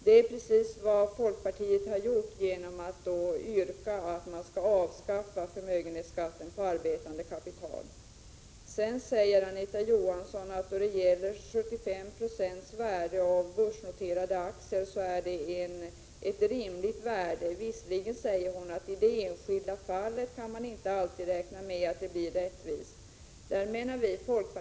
Det är precis vad folkpartiet har gjort, och vi yrkar på att förmögenhetsskatten på arbetande kapital skall avskaffas. Anita Johansson säger att 75 Jo av värdet på börsnoterade aktier är en rimlig nivå. Visserligen säger hon att man inte alltid kan räkna med att det blir rättvist i det enskilda fallet.